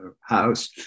house